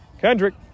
Kendrick